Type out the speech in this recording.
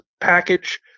package